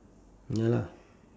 ya lah